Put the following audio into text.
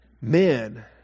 men